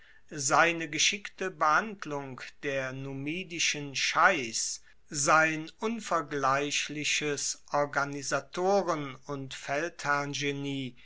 seine geschickte behandlung der numidischen scheichs sein unvergleichliches organisatoren und